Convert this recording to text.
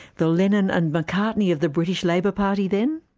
the lennon and mccartney of the british labour party then?